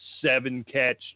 seven-catch